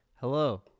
Hello